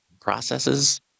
processes